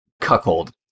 cuckold